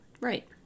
right